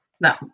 no